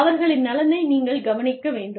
அவர்களின் நலனை நீங்கள் கவனிக்க வேண்டும்